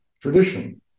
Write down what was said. tradition